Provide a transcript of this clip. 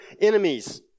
enemies